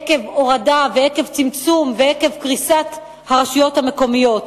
עקב הורדה ועקב צמצום ועקב קריסת הרשויות המקומיות?